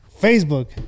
facebook